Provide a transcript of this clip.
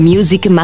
Music